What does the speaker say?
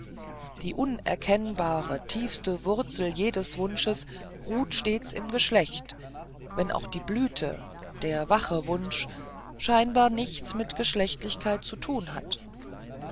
die unerkennbare tiefste wurzel jedes wunsches ruht stets im geschlecht wenn auch die blüte der wache wunsch scheinbar nichts mit geschlechtlichkeit zu tun hat